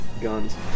guns